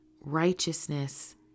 Righteousness